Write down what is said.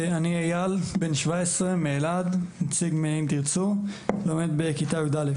אני איל, בן 17 מאלעד, תלמיד כיתה יא׳